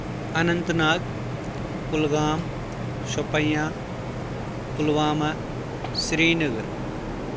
Anant Nag Kulgam Shopian Pulwama Sri Nagar